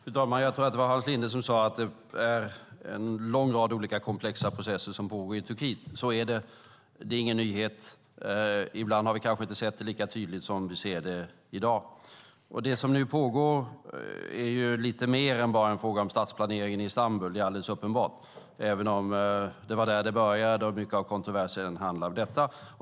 Fru talman! Jag tror att det var Hans Linde som sade att det är en lång rad komplexa processer som pågår i Turkiet. Så är det, och det är ingen nyhet. Ibland har vi kanske inte sett det lika tydligt som nu. Det som nu pågår är lite mer än bara en fråga om stadsplaneringen i Istanbul, även om det var där det började och mycket av kontroversen handlade om detta.